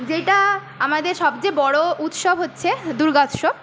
যেটা আমাদের সবচেয়ে বড় উৎসব হচ্ছে দুর্গা উৎসব